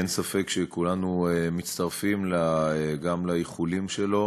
אין ספק שכולנו מצטרפים גם לאיחולים שלו